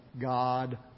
God